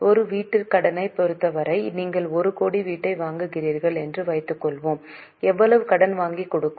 ஒரு வீட்டுக் கடனைப் பொறுத்தவரை நீங்கள் 1 கோடி வீட்டை வாங்குகிறீர்கள் என்று வைத்துக்கொள்வோம் எவ்வளவு கடன் வங்கி கொடுக்கும்